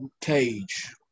cage